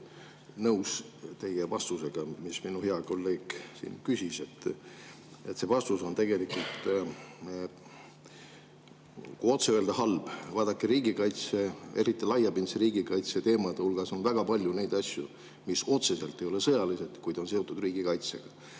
nõus teie vastusega [küsimusele], mille minu hea kolleeg küsis. See vastus on tegelikult, kui otse öelda, halb. Vaadake, riigikaitse, eriti laiapindse riigikaitse teemade hulgas on väga palju asju, mis otseselt ei ole sõjalised, kuid on seotud riigikaitsega.